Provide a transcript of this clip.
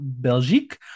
Belgique